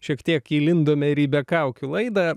šiek tiek įlindome ir į be kaukių laidą